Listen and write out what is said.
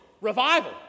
revival